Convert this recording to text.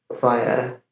via